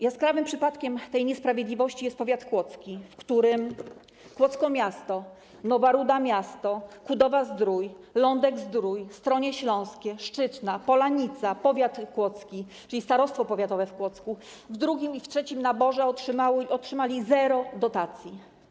Jaskrawym przypadkiem tej niesprawiedliwości jest powiat kłodzki, w którym Kłodzko miasto, Nowa Ruda miasto, Kudowa-Zdrój, Lądek-Zdrój, Stronie Śląskie, Szczytna, Polanica-Zdrój, powiat kłodzki, czyli starostwo powiatowe w Kłodzku, w drugim i w trzecim naborze otrzymały zero dotacji.